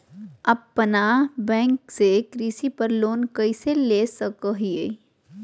अपना बैंक से कृषि पर लोन कैसे ले सकअ हियई?